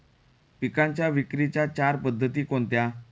पिकांच्या विक्रीच्या चार पद्धती कोणत्या?